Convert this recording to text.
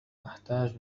أحتاج